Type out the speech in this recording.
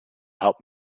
help